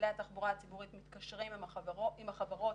מפעילי התחבורה הציבורית מתקשרים עם החברות